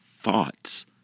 thoughts